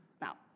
Now